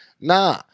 Nah